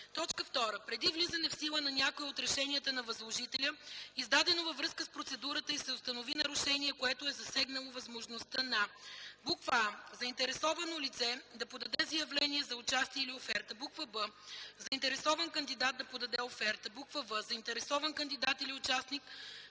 2; 2. преди влизане в сила на някое от решенията на възложителя, издадено във връзка с процедурата, и се установи нарушение, което е засегнало възможността на: а) заинтересовано лице да подаде заявление за участие или оферта; б) заинтересован кандидат да подаде оферта; в) заинтересован кандидат или участник